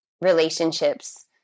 relationships